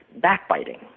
backbiting